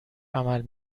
عمل